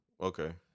Okay